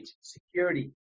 security